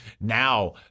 now